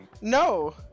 No